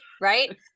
Right